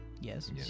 Yes